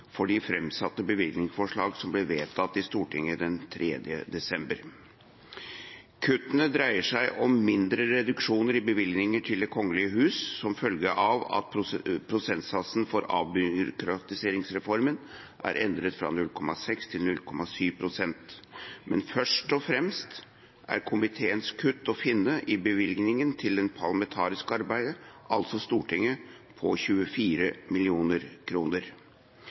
for de framsatte bevilgningsforslag som ble vedtatt i Stortinget den 3. desember. Kuttene dreier seg om mindre reduksjoner i bevilgninger til Det kongelige hus som følge av at prosentsatsen for avbyråkratiseringsreformen er endret fra 0,6 til 0,7 pst., men først og fremst er komiteens kutt å finne i bevilgningen til det parlamentariske arbeidet, altså Stortinget, på 24